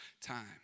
time